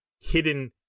hidden